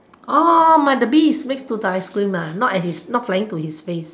oh the bee is next to the ice cream ah not at his not flying to his face